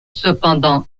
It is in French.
cependant